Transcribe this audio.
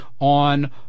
on